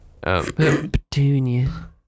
petunia